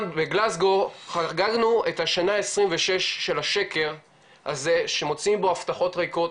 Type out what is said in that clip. בגלזגו חגגנו את השנה ה-26 של השקר הזה שמוצאים בו הבטחות ריקות,